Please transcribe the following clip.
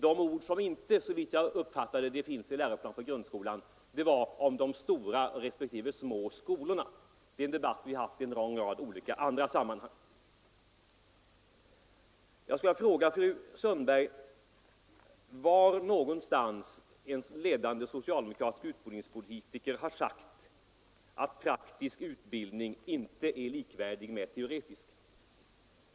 De ord som, såvitt jag uppfattade det, inte återfinns i läroplan för grundskolan gällde de stora respektive de små skolorna. Det är en fråga som vi debatterat i en lång rad andra sammanhang. Jag skulle vilja fråga fru Sundberg: I vilket sammanhang har en ledande socialdemokratisk utbildningspolitiker sagt att praktisk utbildning inte är likvärdig med teoretisk?